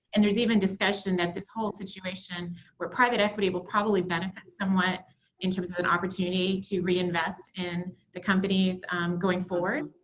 and there's even discussion that this whole situation where private equity will probably benefit somewhat in terms of an opportunity to reinvest in the companies going forward.